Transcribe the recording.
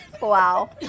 wow